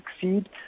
succeed